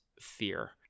fear